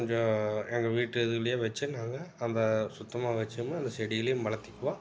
கொஞ்சம் எங்கள் வீட்டு இதுலேயே வச்சு நாங்கள் அந்த சுத்தமாக வச்சுங்க அந்தச் செடிகளையும் வளர்த்திக்குவோம்